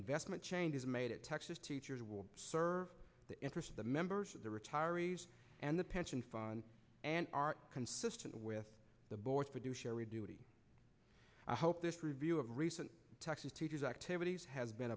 investment changes made at texas teachers will serve the interest of the members of the retirees and the pension fund and are consistent with the board's but do share a duty i hope this review of recent texas teachers activities has been